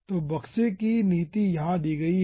तो बक्से की नीति यहाँ दी गई है